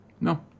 No